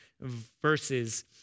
verses